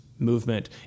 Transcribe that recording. movement